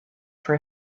for